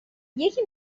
یکی